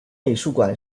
美术馆